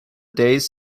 days